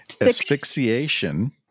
asphyxiation